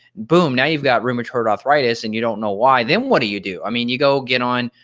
boom, now you got rheumatoid arthritis and you don't know why then what do you do? i mean, you go get on,